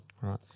Right